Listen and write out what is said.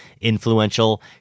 influential